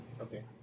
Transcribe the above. Okay